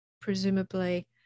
presumably